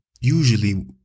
usually